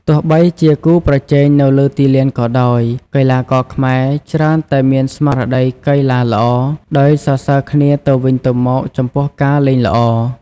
ទោះបីជាគូប្រជែងនៅលើទីលានក៏ដោយ កីឡាករខ្មែរច្រើនតែមានស្មារតីកីឡាល្អ ដោយសរសើរគ្នាទៅវិញទៅមកចំពោះការលេងល្អ។